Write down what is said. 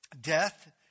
death